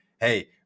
Hey